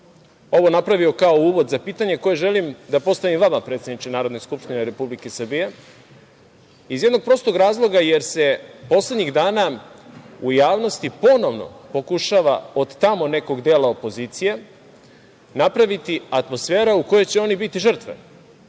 ovo napravio kao uvod za pitanje koje želim da postavim vama, predsedniče Narodne skupštine Republike Srbije? Iz jednog prostog razloga, jer se poslednjih dana u javnosti ponovo pokušava od tamo nekog dela opozicije napraviti atmosfera u kojoj će oni biti žrtve.